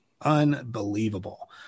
unbelievable